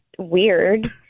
weird